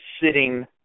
sitting